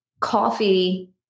coffee